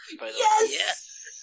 Yes